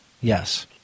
yes